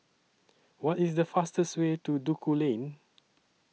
What IS The fastest Way to Duku Lane